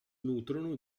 nutrono